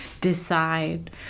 decide